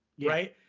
right?